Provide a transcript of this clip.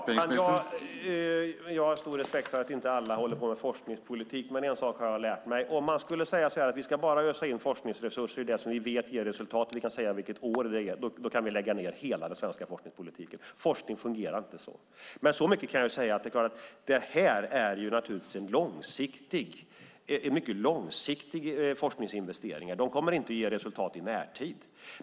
Herr talman! Jag har stor respekt för att inte alla håller på med forskningspolitik. Men en sak har jag lärt mig. Om man skulle säga att man bara ska ösa in forskningsresurser i det som vi vet ger resultat och som man kan säga vilket år det blir, då kan vi lägga ned hela den svenska forskningspolitiken. Forskning fungerar inte så. Jag kan säga så mycket som att detta naturligtvis är mycket långsiktiga forskningsinvesteringar. De kommer inte att ge resultat i närtid.